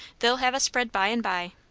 they'll have a spread by and by,